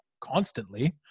constantly